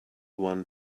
one